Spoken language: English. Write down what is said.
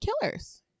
killers